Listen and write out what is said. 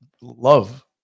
love